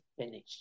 finish